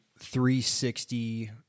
360